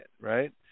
right